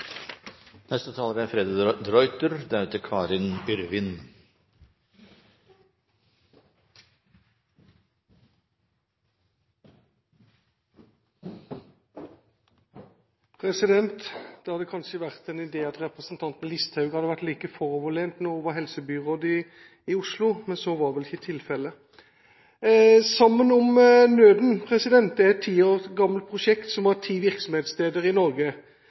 Det hadde kanskje vært en idé at representanten Listhaug hadde vært like foroverlent da hun var helsebyråd i Oslo, men så var vel ikke tilfelle. «Sammen om nøden» er et ti år gammelt prosjekt som har ti virksomhetssteder i Norge,